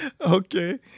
Okay